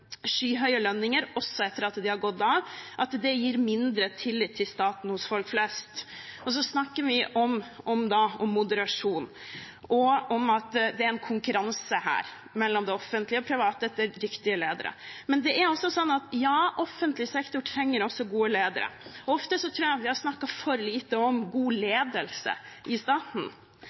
skyhøye lønninger også etter at de har gått av, gir mindre tillit til staten hos folk flest. Vi snakker om moderasjon og om at det er en konkurranse mellom det offentlige og de private om dyktige ledere. Men offentlig sektor trenger også gode ledere. Ofte tror jeg at vi har snakket for lite om god ledelse i staten.